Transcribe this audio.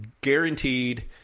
guaranteed